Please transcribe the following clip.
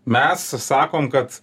mes sakom kad